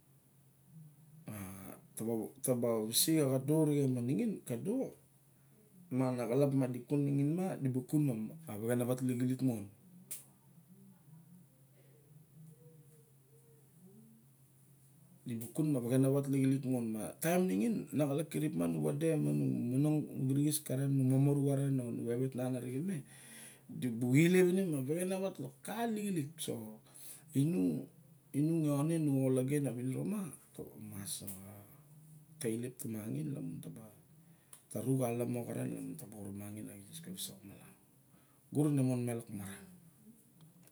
Taba visok a kado arixen ma ningin, kado miang a na kalap ma di kin ma nixin ma di bu kun ma ma di bu kun ma vexrnaavat lixilik mon di bu kun ma vexenawat lixilik mon. Ma taim nixin na kalap kirip ma nu wade, ma nu monong, nu kirixis karen, nu momoru karen o nu vevet nan arixen me. Di bu ilep ine ma vexenawat lok ka lixilik so, inung lone nu o logen avininora, nu mas a tailep tumangin ma nu ta ba rukalamo karen ma taba, arumangin a visok malamu gut ine miang lok maran.